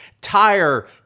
tire